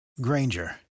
Granger